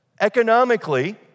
economically